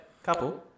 couple